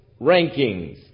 rankings